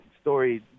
story